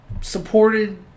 Supported